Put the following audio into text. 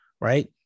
right